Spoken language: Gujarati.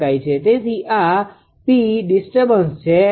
તેથી આ p ડિસ્ટર્બન્સ છે અને તે Δ𝑃𝐿 છે